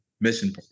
mission